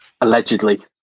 allegedly